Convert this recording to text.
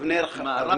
אני